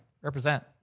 represent